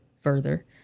further